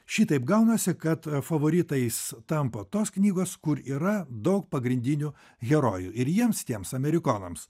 šitaip gaunasi kad favoritais tampa tos knygos kur yra daug pagrindinių herojų ir jiems tiems amerikonams